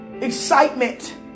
excitement